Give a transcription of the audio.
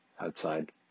outside